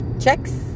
checks